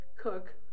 cook